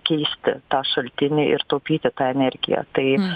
keisti tą šaltinį ir taupyti tą energiją tai